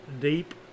deep